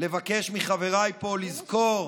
לבקש מחבריי פה לזכור